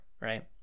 right